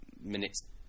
minutes